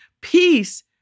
Peace